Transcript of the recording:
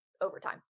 overtime